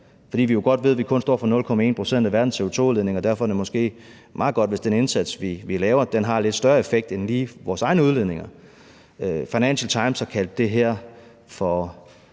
Vi ved jo godt, at vi kun står for 0,1 pct. af verdens CO2-udledning, og derfor er det måske meget godt, hvis den indsats, vi gør, har lidt større effekt end lige vores egne udledninger. Financial Times har kaldt det her for